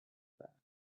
back